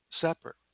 separate